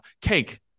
cake